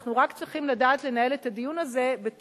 אנחנו רק צריכים לדעת לנהל את הדיון הזה בתוך